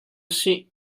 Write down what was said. sih